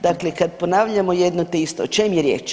Dakle, kad ponavljamo jedno te isto, o čemu je riječ?